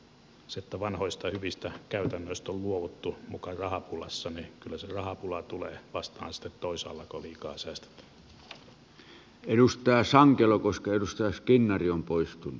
ja kun vanhoista hyvistä käytännöistä on luovuttu muka rahapulassa niin kyllä se rahapula tulee vastaan sitten toisaalla kun on liikaa säästetty